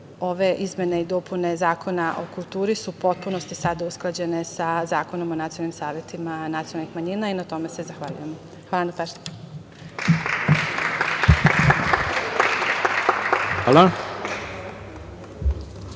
ove izmene i dopune Zakona o kulturi su u potpunosti sada usklađene sa Zakonom o nacionalnim savetima nacionalnih manjina i na tome se zahvaljujem. **Ivica Dačić**